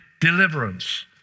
deliverance